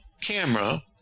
camera